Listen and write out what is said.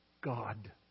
God